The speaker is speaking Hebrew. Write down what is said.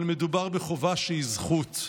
אבל מדובר בחובה שהיא זכות.